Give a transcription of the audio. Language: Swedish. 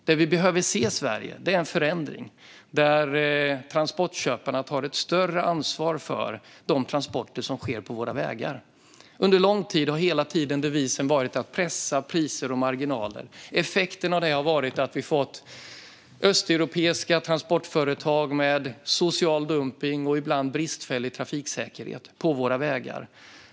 Det vi behöver se i Sverige är en förändring där transportköparna tar större ansvar för de transporter som sker på våra vägar. Under lång tid har devisen hela tiden varit att pressa priser och marginaler. Effekten av det har varit att vi fått östeuropeiska transportföretag med social dumpning och ibland bristfällig trafiksäkerhet på våra vägar.